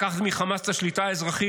לקחת --- מחמאס את השליטה האזרחית"